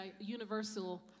universal